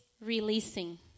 releasing